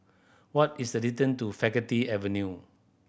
what is the distance to Faculty Avenue